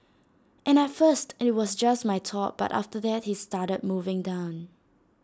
and at first IT was just my top but after that he started moving down